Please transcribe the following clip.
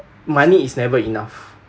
money is never enough